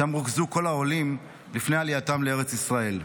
שם רוכזו כל העולים לפני עלייתם לארץ ישראל.